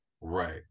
Right